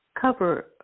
cover